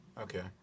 Okay